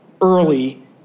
early